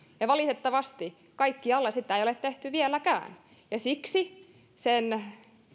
ja valitettavasti kaikkialla sitä ei ole tehty vieläkään siksi sen